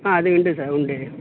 ஆ அது இண்டு சார் உண்டு